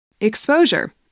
exposure